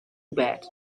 bad